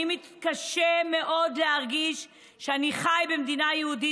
אני מתקשה מאוד להרגיש שאני חי במדינה יהודית,